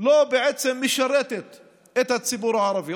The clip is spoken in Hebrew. בעצם לא משרתת את הציבור הערבי,